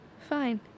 Fine